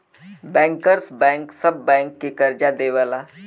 bankers bank सब bank के करजा देवला